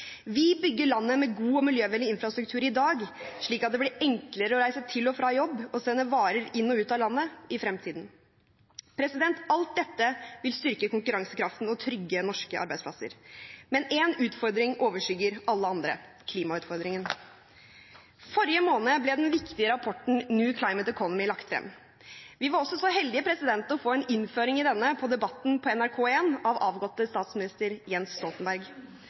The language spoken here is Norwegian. Vi bygger landet med god og miljøvennlig infrastruktur i dag, slik at det blir enklere å reise til og fra jobb og sende varer inn og ut av landet i fremtiden. Alt dette vil styrke konkurransekraften og trygge norske arbeidsplasser. Men én utfordring overskygger alle andre: klimautfordringen. Forrige måned ble den viktige rapporten New Climate Economy lagt frem. Vi var så heldige å få en innføring i denne av avgått statsminister Jens Stoltenberg på Debatten på NRK1. Jeg tror nok ikke at Stoltenbergs tegninger av